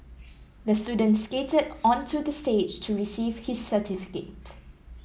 the student skated onto the stage to receive his certificate